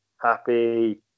happy